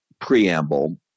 preamble